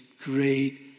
great